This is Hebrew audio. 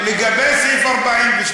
יש שר במליאה, יש שר.